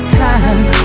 time